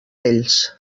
ells